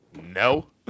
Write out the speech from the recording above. No